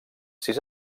sis